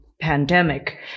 pandemic